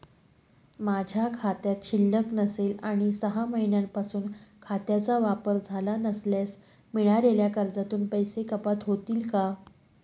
माझ्या खात्यात शिल्लक नसेल आणि सहा महिन्यांपासून खात्याचा वापर झाला नसल्यास मिळालेल्या कर्जातून पैसे कपात होतील का?